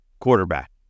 quarterback